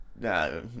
no